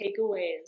takeaways